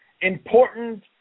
important